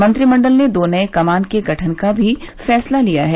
मंत्रिमंडल ने दो नए कमान के गठन का भी फैसला लिया है